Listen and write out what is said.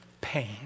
pain